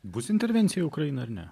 bus intervencija į ukrainą ar ne